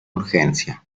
urgencia